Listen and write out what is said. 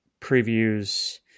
previews